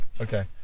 Okay